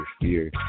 fear